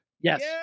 Yes